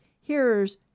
hearers